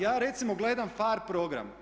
Ja recimo gledam phare program.